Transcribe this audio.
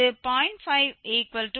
5012 என்ற நடுப்புள்ளியாகும்